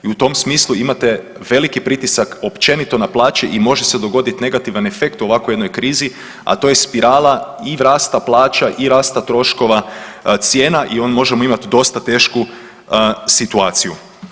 I u tom smislu imate veliki pritisak općenito na plaće i može se dogoditi negativan efekt u ovako jednoj krizi, a to je spirala i rasta plaća i rasta troškova cijena i onda možemo imat dosta tešku situaciju.